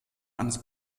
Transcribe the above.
eines